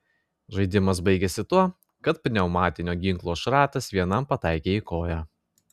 žaidimas baigėsi tuo kad pneumatinio ginklo šratas vienam pataikė į koją